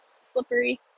slippery